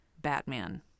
Batman